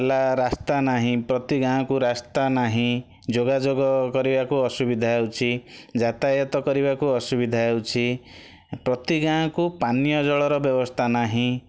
ହେଲା ରାସ୍ତା ନାହିଁ ପ୍ରତି ଗାଁକୁ ରାସ୍ତା ନାହିଁ ଯୋଗାଯୋଗ କରିବାକୁ ଅସୁବିଧା ହେଉଛି ଯାତାୟତ କରିବାକୁ ଅସୁବିଧା ହେଉଛି ପ୍ରତି ଗାଁକୁ ପାନୀୟ ଜଳର ବ୍ୟବସ୍ଥା ନାହିଁ